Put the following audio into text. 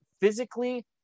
physically